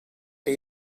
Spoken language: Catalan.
que